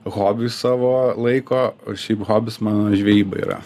hobiui savo laiko o šiaip hobis mano žvejyba yra